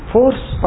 Force